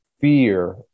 fear